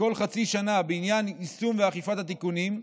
בכל חצי שנה בעניין יישום ואכיפת התיקונים,